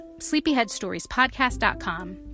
sleepyheadstoriespodcast.com